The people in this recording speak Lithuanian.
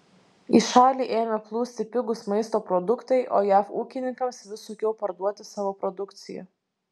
į šalį ėmė plūsti pigūs maisto produktai o jav ūkininkams vis sunkiau parduoti savo produkciją